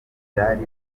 byari